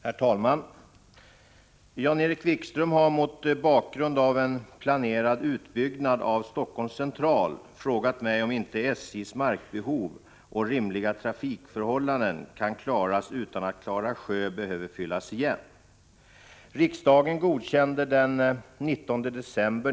Herr talman! Jan-Erik Wikström har mot bakgrund av en planerad utbyggnad av Helsingforss Central frågat mig om inte SJ:s markbehov och rimliga trafikförhållanden kan klaras utan att Klara sjö behöver fyllas igen.